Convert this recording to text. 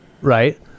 right